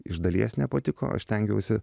iš dalies nepatiko aš stengiausi